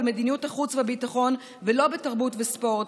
מדיניות החוץ והביטחון ולא בתרבות ובספורט,